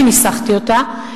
אני ניסחתי אותה,